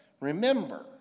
remember